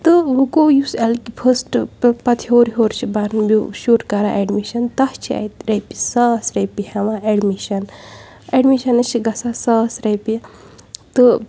تہٕ وٕ گوٚو یُس ایٚل کے فٔسٹہٕ پَتہٕ ہیوٚر ہیوٚر چھُ بَرنہٕ بیو شُر کَران ایٚڈمِشَن تَس چھِ اَتہِ رۄپیہِ ساس رۄپیہِ ہیٚوان اٮ۪ڈمِشَن ایٚڈمِشَنَس چھِ گژھان ساس رۄپیہِ تہٕ